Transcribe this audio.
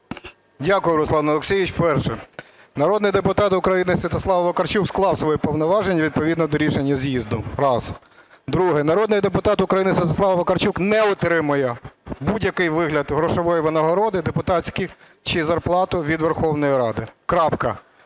Дякую, Руслан Олексійович. Перше. Народний депутат України Святослав Вакарчук склав свої повноваження відповідно до рішення з'їзду. Раз. Друге. Народний депутат України Святослав Вакарчук не отримує в будь-якому вигляді грошової винагороди – депутатські чи зарплату – від Верховної Ради. Крапка.